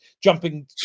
jumping